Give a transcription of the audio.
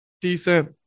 decent